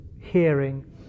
hearing